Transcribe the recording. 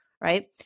right